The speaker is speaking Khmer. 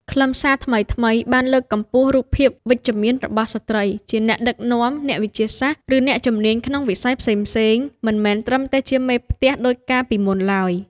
ខ្លឹមសារថ្មីៗបានលើកកម្ពស់រូបភាពវិជ្ជមានរបស់ស្ត្រី ជាអ្នកដឹកនាំ អ្នកវិទ្យាសាស្ត្រ ឬអ្នកជំនាញក្នុងវិស័យផ្សេងៗ មិនមែនត្រឹមតែជាមេផ្ទះដូចកាលពីមុនឡើយ។